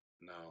No